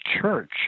church